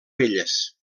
belles